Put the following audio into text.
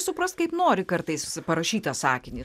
supras kaip nori kartais parašytą sakinį